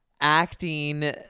acting